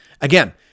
Again